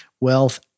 wealth